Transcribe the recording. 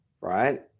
right